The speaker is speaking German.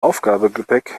aufgabegepäck